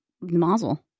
Mazel